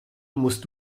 musst